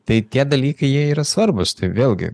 tai tie dalykai jie yra svarbūs tai vėlgi